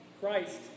Christ